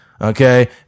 okay